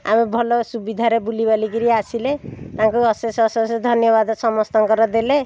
ଆମେ ଭଲ ସୁବିଧାରେ ବୁଲିବାଲି କରି ଆସିଲେ ତାଙ୍କୁ ଅଶେଷ ଅଶେଷ ଧନ୍ୟବାଦ ସମସ୍ତଙ୍କର ଦେଲେ